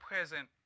present